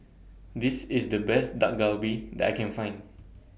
This IS The Best Dak Galbi that I Can Find